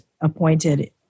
appointed